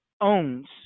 owns